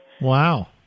Wow